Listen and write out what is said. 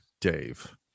Dave